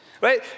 Right